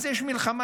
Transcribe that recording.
אז יש מלחמה,